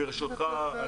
ברשותך,